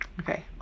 okay